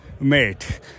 Mate